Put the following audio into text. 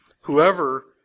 Whoever